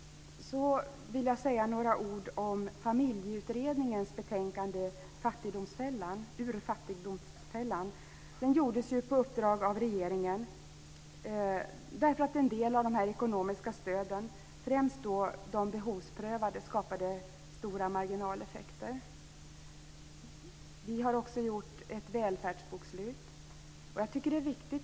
Jag ska säga några ord om Familjeutredningens betänkande Ur fattigdomsfällan. Utredningen gjordes på uppdrag av regeringen därför att en del av de ekonomiska stöden - främst de behovsprövade - skapade stora marginaleffekter. Vi har också gjort ett välfärdsbokslut.